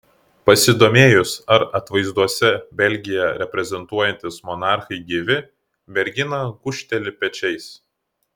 pasidomėjus ar atvaizduose belgiją reprezentuojantys monarchai gyvi mergina gūžteli pečiais